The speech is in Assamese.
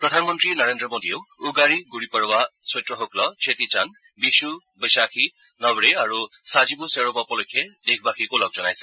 প্ৰধানমন্ত্ৰী নৰেন্দ্ৰ মোদীয়েও উগাড়ি গুড়িপড়ৱা চৈত্ৰশুক্ল ছেতিচান্দ বিশু বৈশাখী নবৰে আৰু ছাজিবু চেৰবা উপলক্ষে দেশবাসীক ওলগ জনাইছে